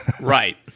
Right